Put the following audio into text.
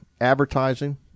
advertising